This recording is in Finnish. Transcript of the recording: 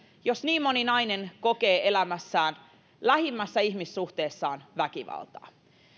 jos niin moni nainen kokee elämässään lähimmässä ihmissuhteessaan väkivaltaa